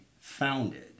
founded